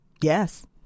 Yes